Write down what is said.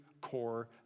core